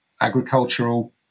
agricultural